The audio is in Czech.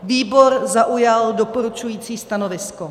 Výbor zaujal doporučující stanovisko.